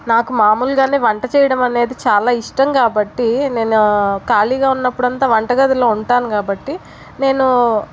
నాకు మమూలు గానే వంట చెయ్యడం అనేది చాలా ఇష్టం కాబట్టి నేను ఖాళీగా ఉన్నప్పుడంత వంట గదిలో ఉంటాను కాబట్టి నేను